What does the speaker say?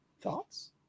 Thoughts